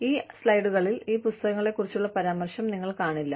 അതിനാൽ ഈ സ്ലൈഡുകളിൽ ഈ പുസ്തകത്തെക്കുറിച്ചുള്ള പരാമർശം നിങ്ങൾ കാണില്ല